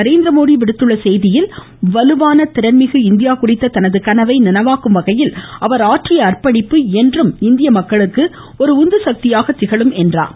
நரேந்திரமோடி விடுத்துள்ள செய்தியில் வலுவான திறன்மிகு இந்தியா குறித்த தனது கனவை நனவாக்கும் வகையில் அவர் ஆற்றிய அர்ப்பணிப்பு என்றும் இந்திய மக்களுக்கு ஒரு உந்துசக்தியாக இருக்கும் என்றார்